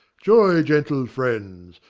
joy, gentle friends,